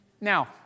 Now